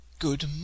Good